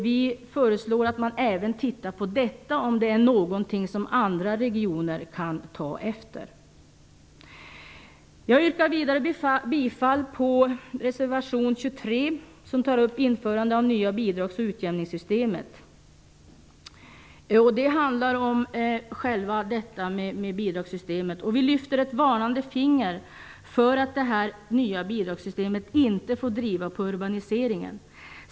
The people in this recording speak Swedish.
Vi föreslår att man även tittar på om det är någonting som andra regioner kan ta efter. Jag yrkar vidare bifall till reservation 23 som tar upp införandet av det nya bidrags och utjämningssystemet. Vi lyfter ett varnande finger för att detta nya bidragssystem inte får driva på urbaniseringen.